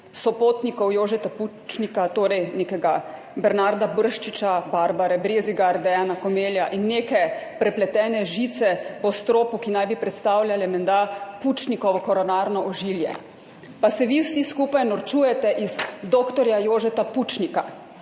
sopotnikov Jožeta Pučnika, torej nekega Bernarda Brščiča, Barbare Brezigar, Deana Komela, in neke prepletene žice po stropu, ki naj bi menda predstavljala Pučnikovo koronarno ožilje. Pa se vi vsi skupaj norčujete iz dr. Jožeta Pučnika?